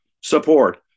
support